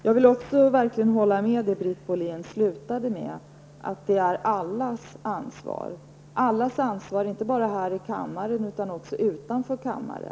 Jag vill också verkligen hålla med om det som Britt Bohlin slutade sitt anförande med: Det är allas ansvar, ett ansvar inte bara för oss här i kammaren utan också för alla utanför denna kammare.